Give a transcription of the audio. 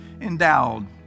endowed